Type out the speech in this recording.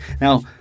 Now